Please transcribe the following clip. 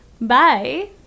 bye